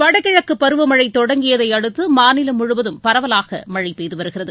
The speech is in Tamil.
வடகிழக்கு பருவமழை தொடங்கியதையடுத்து மாநிலம் முழுவதும் பரவலாக மழை பெய்து வருகிறது